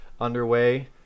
underway